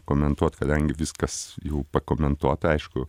komentuot kadangi viskas jau pakomentuota aišku